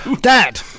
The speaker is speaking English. Dad